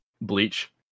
Bleach